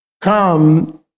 come